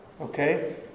Okay